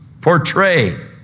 portray